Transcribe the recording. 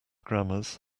grammars